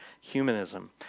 humanism